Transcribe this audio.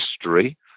history